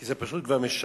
כי זה פשוט כבר משעמם.